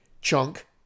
chunk